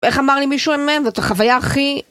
איך אמר לי מישהו, מהם, זאת החוויה הכי...